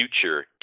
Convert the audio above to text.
future